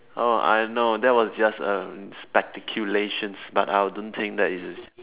oh I know that was just um speculations but I don't think that is